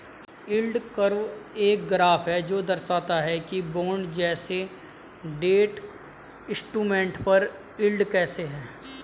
yield curve एक graph है जो दर्शाता है कि बॉन्ड जैसे डेट इंस्ट्रूमेंट पर यील्ड कैसे है